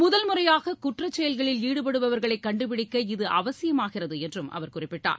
முதல்முறையாக குற்ற செயல்களில் ஈடுபடுபவர்களை கண்டுபிடிக்க இது அவசியமாகிறது என்றும் அவர் குறிப்பிட்டார்